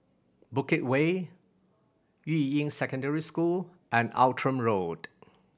Bukit Way Yuying Secondary School and Outram Road